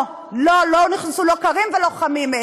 לא לא, לא נכנסו לא קרים ולא חמים.